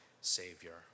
Savior